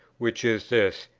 which is this.